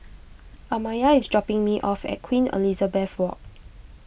Amaya is dropping me off at Queen Elizabeth Walk